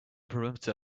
perimeter